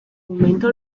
momento